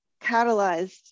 catalyzed